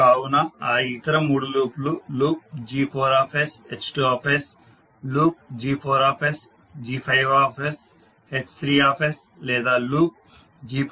కావున ఆ ఇతర 3 లూప్లు G4sH2 లూప్ G4sG5sH3 లేదా లూప్ G4sG6sH3